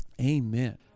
amen